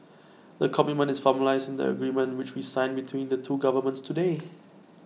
the commitment is formalised in the agreement which we signed between the two governments today